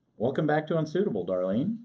welcome back to unsuitable, darlene.